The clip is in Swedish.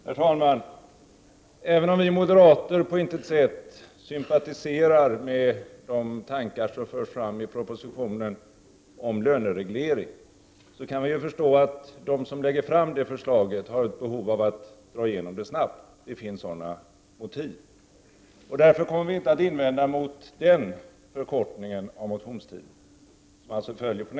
Herr talman! Även om vi moderater på intet sätt sympatiserar med de tankar som förs fram i propositionen om lönereglering kan vi förstå att de som lägger fram detta förslag har ett behov av att få igenom det snabbt — det finns sådana motiv. Därför kommer vi inte att invända mot denna förkortning av motionstiden, som är förslagets andra punkt.